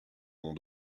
mon